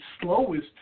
slowest